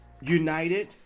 united